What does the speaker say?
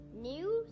News